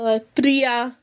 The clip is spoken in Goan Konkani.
प्रिया